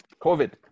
COVID